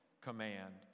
command